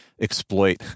exploit